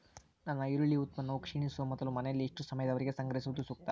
ನನ್ನ ಈರುಳ್ಳಿ ಉತ್ಪನ್ನವು ಕ್ಷೇಣಿಸುವ ಮೊದಲು ಮನೆಯಲ್ಲಿ ಎಷ್ಟು ಸಮಯದವರೆಗೆ ಸಂಗ್ರಹಿಸುವುದು ಸೂಕ್ತ?